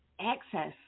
access